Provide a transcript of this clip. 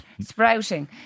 sprouting